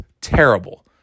terrible